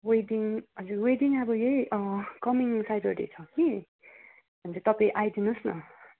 wedding हजुर wedding यही coming Saturday छ कि अन्त तपाईँ आइदिनोस् न